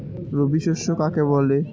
রবি শস্য কাকে বলে?